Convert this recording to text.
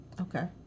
Okay